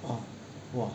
!wah! !wah!